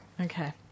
Okay